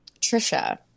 trisha